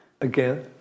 Again